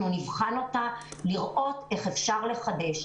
אנחנו נבחן אותה על מנת לראות איך אפשר לחדש.